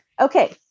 Okay